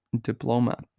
diploma